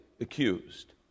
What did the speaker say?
accused